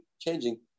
changing